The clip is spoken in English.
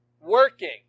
Working